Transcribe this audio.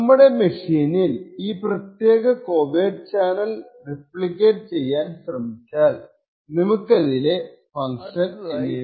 നമ്മുടെ മെഷീനിൽ ഈ പ്രത്യേക കോവേർട് ചാനൽ റെപ്ലിക്കേറ്റ് ചെയ്യാൻ ശ്രമിച്ചാൽ നമുക്കിതിലെ ഒരു ഫങ്ക്ഷൻ എനേബിൾ ചെയ്യാൻ സാധിക്കും